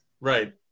Right